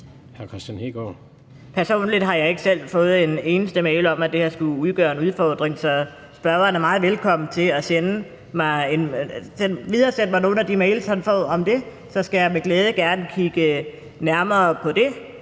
Personligt har jeg ikke selv fået en eneste mail om, at det her skulle udgøre en udfordring. Så spørgeren er meget velkommen til at videresende mig nogle af de mails, han får om det. Så skal jeg med glæde gerne kigge nærmere på det.